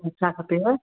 छा खपेव